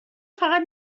فقط